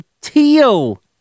teal